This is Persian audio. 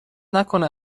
نکنه